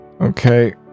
Okay